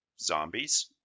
Zombies